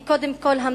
כי קודם כול,